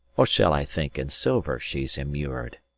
or shall i think in silver she's immur'd,